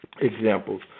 examples